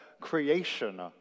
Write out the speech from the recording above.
creation